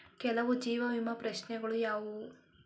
ಕೆಲವು ಜೀವ ವಿಮಾ ಪ್ರಶ್ನೆಗಳು ಯಾವುವು?